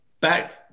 back